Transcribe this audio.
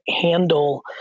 handle